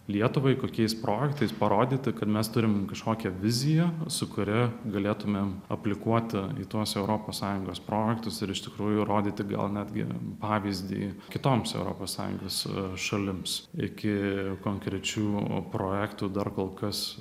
lietuvai kokiais projektais parodyta kad mes turim kažkokią viziją su kuria galėtumėm aplikuoti į tuos europos sąjungos projektus ir iš tikrųjų rodyti gal netgi pavyzdį kitoms europos sąjungos šalims iki konkrečių projektų dar kol kas